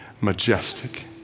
majestic